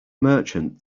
merchant